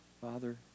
Father